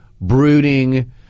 brooding